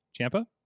Champa